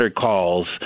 calls